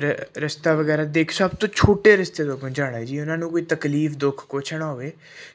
ਰ ਰਸਤਾ ਵਗੈਰਾ ਦੇਖ ਸਭ ਤੋਂ ਛੋਟੇ ਰਸਤੇ ਤੋਂ ਪੁਹੰਚਾਉਣਾ ਜੀ ਉਨ੍ਹਾਂ ਨੂੰ ਕੋਈ ਤਕਲੀਫ ਦੁੱਖ ਕੁਛ ਨਾ ਹੋਵੇ